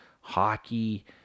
hockey